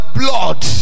blood